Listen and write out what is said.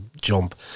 jump